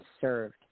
served